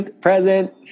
Present